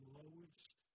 lowest